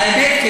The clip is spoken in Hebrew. האמת?